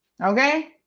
Okay